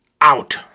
out